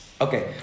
Okay